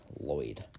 Lloyd